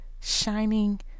shining